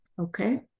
okay